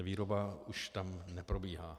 Výroba už tam neprobíhá.